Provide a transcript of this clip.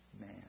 man